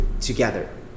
together